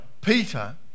Peter